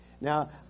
Now